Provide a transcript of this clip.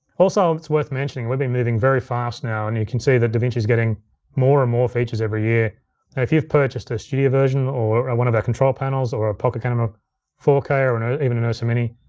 also, it's worth mentioning, we've been moving very fast now, and you can see that davinci's getting more and more features every year. and if you've purchased the studio version or one of our control panels, or a pocket kind of camera four k, or or and even an ursa mini,